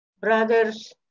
Brothers